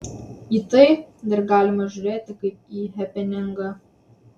į tai dar galima žiūrėti kaip į hepeningą